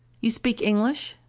you speak english?